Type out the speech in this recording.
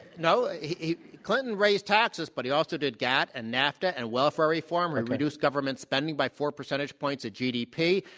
no. he clinton raised taxes, but he also did gat and nafta and welfare reform, reduced government spending by four percentage points of gdp.